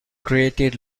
created